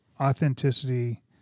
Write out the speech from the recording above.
Authenticity